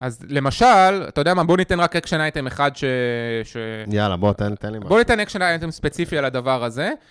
אז למשל, אתה יודע מה? בוא ניתן רק אקשן אייטם אחד ש... יאללה, בוא ניתן אקשן אייטם ספציפי על הדבר הזה.